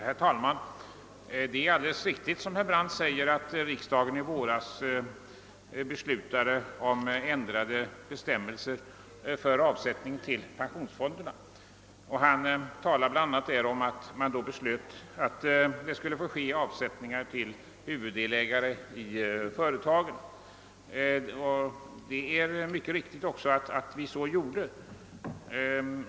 Herr talman! Det är alldeles riktigt, såsom herr Brandt anförde, att riksdagen i våras beslutade om ändrade bestämmelser för avsättning till pensionsfonderna. Han nämnde bland annat, att man då beslöt att avsättningar skulle få göras till huvuddelägare i företagen. Det är också riktigt.